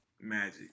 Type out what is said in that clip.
magic